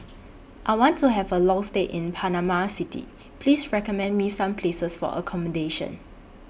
I want to Have A Long stay in Panama City Please recommend Me Some Places For accommodation